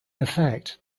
effect